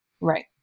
Right